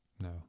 No